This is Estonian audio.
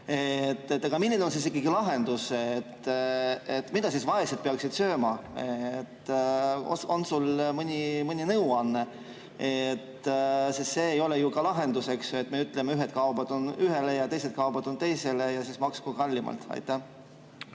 Milline on siis ikkagi lahendus, mida siis vaesed peaksid sööma? On sul mõni nõuanne? See ei ole ju ka lahendus, eks ju, et me ütleme, et ühed kaubad on ühele ja teised kaubad on teisele ja siis maksku rohkem. Aitäh!